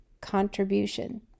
contribution